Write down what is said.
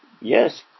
Yes